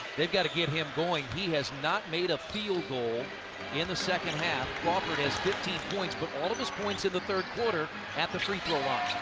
they have got to get him going. he has not made a goal in the second half. has fifteen points, but all of his points in the third quarter at the free-throw line.